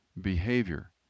Behavior